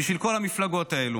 בשביל כל המפלגות האלה.